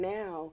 now